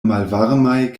malvarmaj